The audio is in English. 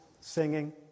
singing